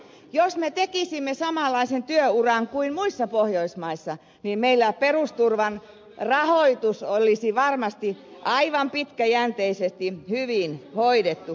jos me tekisimme samanlaisen työuran kuin muissa pohjoismaissa niin meillä perusturvan rahoitus olisi varmasti aivan pitkäjänteisesti hyvin hoidettu